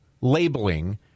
labeling